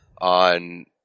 on